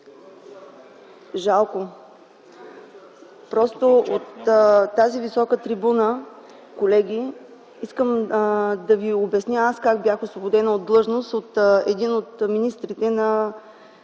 Жалко. Просто от тази висока трибуна, колеги, искам да Ви обясня как бях освободена от длъжност от един от министрите на